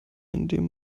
indem